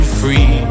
free